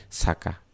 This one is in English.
saka